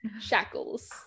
shackles